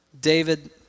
David